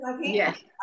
Yes